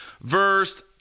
Verse